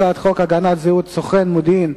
הצעת חוק הגנת זהות סוכן מודיעין,